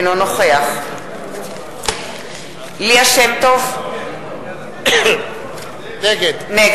אינו נוכח ליה שמטוב, נגד